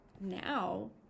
Now